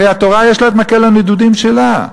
הרי התורה, יש לה מקל הנדודים שלה.